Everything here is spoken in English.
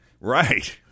right